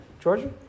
Georgia